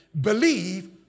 Believe